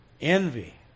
Envy